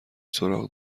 سراغ